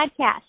podcast